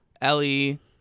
Ellie